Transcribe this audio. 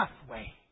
pathway